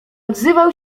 odzywał